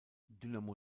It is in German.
dynamo